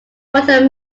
water